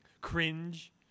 cringe –